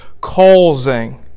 causing